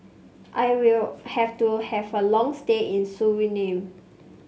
I will have to have a long stay in Suriname